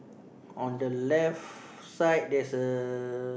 on the left side there's a